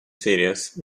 series